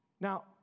Now